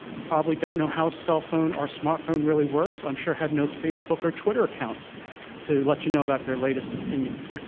don't know how cell phone or smartphone really works i'm sure have no facebook or twitter accounts to let you know about their latest opinions.